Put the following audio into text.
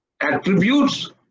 attributes